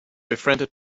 befriend